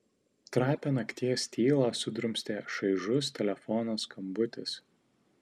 trapią nakties tylą sudrumstė šaižus telefono skambutis